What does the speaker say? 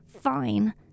fine